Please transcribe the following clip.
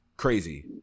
crazy